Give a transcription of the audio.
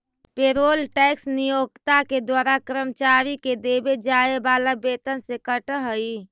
payroll tax नियोक्ता के द्वारा कर्मचारि के देवे जाए वाला वेतन से कटऽ हई